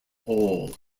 all